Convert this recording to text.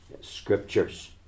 Scriptures